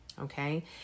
okay